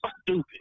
stupid